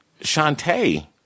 Shantae